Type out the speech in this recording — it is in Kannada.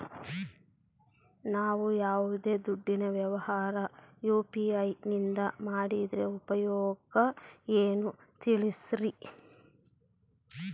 ನಾವು ಯಾವ್ದೇ ದುಡ್ಡಿನ ವ್ಯವಹಾರ ಯು.ಪಿ.ಐ ನಿಂದ ಮಾಡಿದ್ರೆ ಉಪಯೋಗ ಏನು ತಿಳಿಸ್ರಿ?